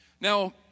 Now